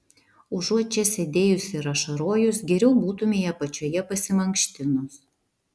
užuot čia sėdėjus ir ašarojus geriau būtumei apačioje pasimankštinus